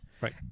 Right